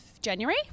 january